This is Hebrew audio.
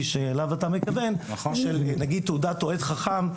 שאליו אתה מכוון של נגיד תעודת אוהד חכם.